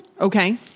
Okay